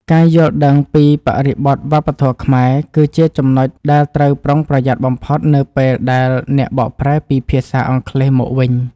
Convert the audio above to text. ការយល់ដឹងពីបរិបទវប្បធម៌ខ្មែរគឺជាចំណុចដែលត្រូវប្រុងប្រយ័ត្នបំផុតនៅពេលដែលអ្នកបកប្រែពីភាសាអង់គ្លេសមកវិញ។